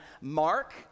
Mark